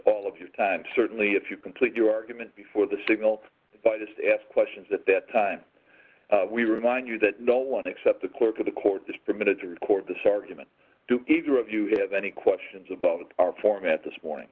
all of your time certainly if you complete your argument before the signal by just ask questions at that time we remind you that no one except the clerk of the court is permitted to record this argument either of you have any questions about our form at this morning